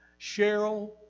Cheryl